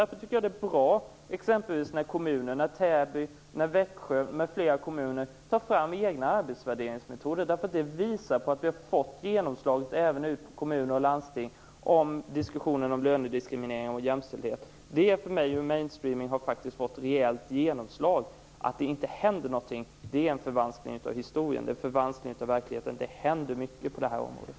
Därför tycker jag att det är bra när exempelvis kommunerna - Täby, Växjö, m.fl. kommuner - tar fram egna arbetsvärderingsmetoder. Det visar nämligen att även i kommuner och landsting har diskussionen om lönediskriminering och jämställdhet fått genomslag. Det innebär för mig att mainstreaming faktiskt har fått rejält genomslag. Att det inte händer någonting är en förvanskning av verkligen. Det händer mycket på det här området.